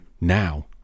now